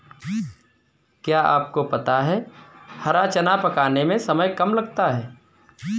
क्या आपको पता है हरा चना पकाने में समय कम लगता है?